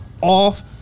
off